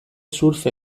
surf